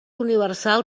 universal